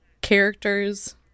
characters